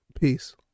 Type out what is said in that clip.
peace